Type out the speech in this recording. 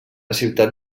ciutat